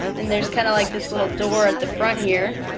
then there's kind of like this little door at the front here,